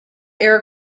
air